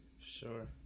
sure